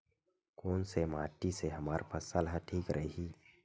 कोन से माटी से हमर फसल ह ठीक रही?